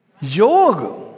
Yoga